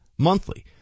monthly